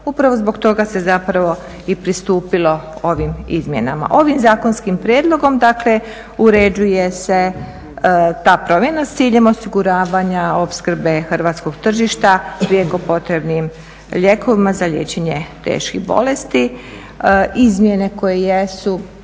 upravo zbog toga se zapravo i pristupilo ovim izmjenama. Ovim zakonskim prijedlogom uređuje se ta promjena s ciljem osiguravanja opskrbe hrvatskog tržišta prijeko potrebnim lijekova za liječenje teških bolesti. Izmjene koje jesu